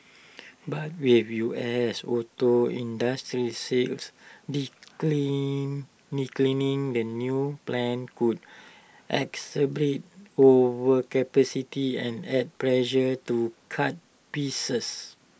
but with U S auto industry sales declining declining the new plant could exacerbate overcapacity and add pressure to cut pieces